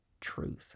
truth